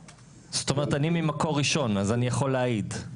זאת אומרת, אני ממקור ראשון אז אני יכול להעיד.